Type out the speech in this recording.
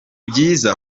byiza